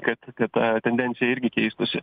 kad ta tendencija irgi keistųsi